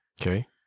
Okay